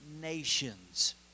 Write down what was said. nations